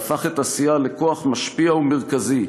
והפך את הסיעה לכוח משפיע ומרכזי,